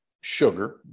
sugar